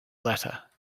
letter